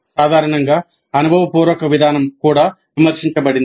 సాధారణంగా అనుభవపూర్వక విధానం కూడా విమర్శించబడింది